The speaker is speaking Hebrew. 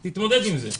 היא תתמודד עם זה.